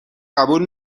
قبول